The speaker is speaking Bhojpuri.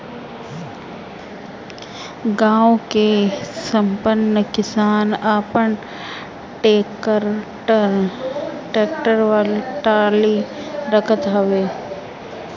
गांव के संपन्न किसान आपन टेक्टर टाली रखत हवे